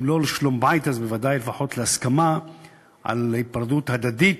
אם לא לשלום-בית אז בוודאי לפחות להסכמה על היפרדות הדדית,